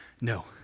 No